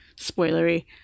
spoilery